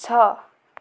छ